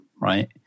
right